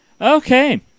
Okay